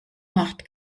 macht